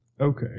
Okay